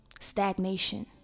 stagnation